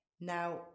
Now